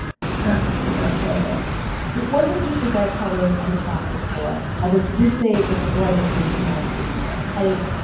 that's what that felt like it wasn't just the bright colors and the plastic floor. although, he did say that the floor had this weird smell that gave him terrible headaches.